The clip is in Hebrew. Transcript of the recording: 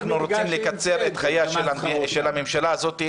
אנחנו רוצים לקצר את חייה של הממשלה הזאת,